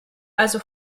also